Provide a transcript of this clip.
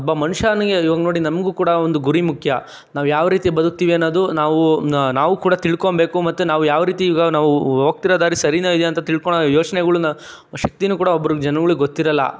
ಒಬ್ಬ ಮನುಷ್ಯನಿಗೆ ಇವಾಗ ನೋಡಿ ನಮಗೂ ಕೂಡ ಒಂದು ಗುರಿ ಮುಖ್ಯ ನಾವು ಯಾವ ರೀತಿ ಬದುಕ್ತೀವಿ ಅನ್ನೋದು ನಾವು ನಾವು ಕೂಡ ತಿಳ್ಕೊಬೇಕು ಮತ್ತು ನಾವು ಯಾವ ರೀತಿ ಈಗ ನಾವು ಹೋಗ್ತಿರ ದಾರಿ ಸರಿನೋ ಇದೆಯೋ ಅಂತ ತಿಳ್ಕೊಣ ಯೋಚನೆಗಳ್ನ ಶಕ್ತಿನೂ ಕೂಡ ಒಬ್ಬರು ಜನಗುಳ್ಗೆ ಗೊತ್ತಿರೋಲ್ಲ